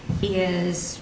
he is